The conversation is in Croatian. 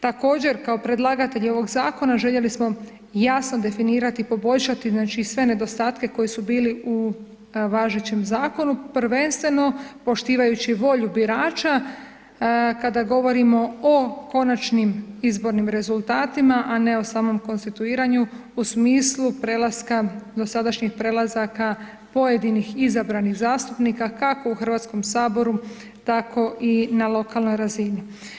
Također kao predlagatelji ovog zakona željeli smo jasno definirati i poboljšati znači sve nedostatke koji su bili u važećem zakonu prvenstveno poštivajući volju birača kada govorimo o konačnim izbornim rezultatima a ne o samom konstituiranju u smislu prelaska, dosadašnjih prelazaka pojedinih izabranih zastupnika kako u Hrvatskom saboru tako i na lokalnoj razini.